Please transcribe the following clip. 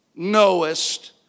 knowest